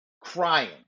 crying